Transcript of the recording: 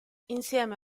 insieme